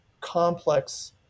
complex